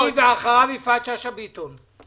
גלעד קריב ואחריו יפעת שאשא ביטון.